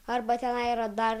arba tenai yra dar